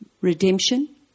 Redemption